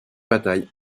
bataille